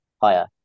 higher